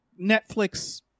netflix